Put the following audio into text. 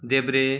देब्रे